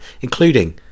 including